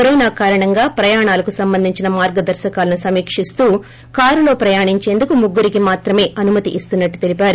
corona కారణంగా ప్రయాణాలకు సంబంధించిన మార్గదర్శకాలను సమీకిస్తూ కారులో ప్రయాణించేందుకు ముగ్గురికి మాత్రమే అనుమతి ఇస్తున్సట్లు తెలీపారు